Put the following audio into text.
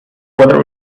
whether